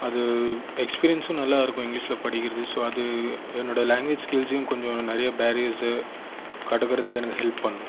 அது எக்ஸ்பீரியென்ஸ்சும் நல்லா இருக்கும் இங்லீஷில் படிக்கிறது ஸோ அது என்னோடய லாங்குவேஜ் ஸ்கில்ஸையும் கொஞ்சம் நிறைய பேரியர்ஸ்சு கடக்கிறதுக்கு எனக்கு ஹெல்ப் பண்ணும்